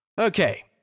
Okay